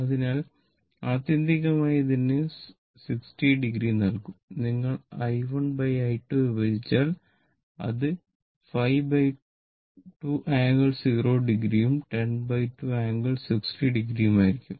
അതിനാൽ ആത്യന്തികമായി അതിന് 60o നൽകും നിങ്ങൾ i1i2 വിഭജിച്ചാൽ അത് 52 ആംഗിൾ 0o ഉം 102 ആംഗിൾ 60o ഉം ആയിരിക്കും